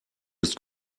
ist